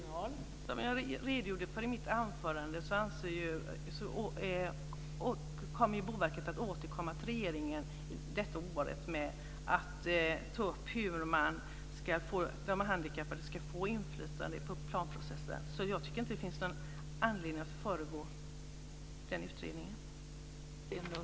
Fru talman! Som jag redogjorde för i mitt anförande kommer Boverket att återkomma till regeringen under detta år. Man kommer att ta upp hur de handikappade ska få inflytande på planprocessen. Jag tycker inte att det finns någon anledning att föregå den utredningen.